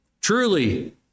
Truly